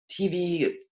TV